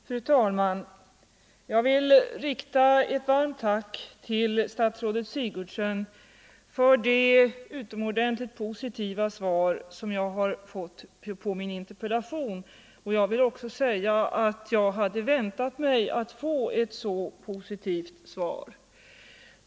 Fru talman! Jag vill rikta ett varmt tack till fru statsrådet Sigurdsen för det utomordentligt positiva svar som jag har fått på min interpellation. Jag vill också säga att jag hade väntat mig att få ett så positivt svar.